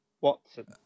Watson